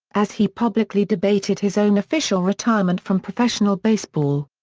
as he publicly debated his own official retirement from professional baseball.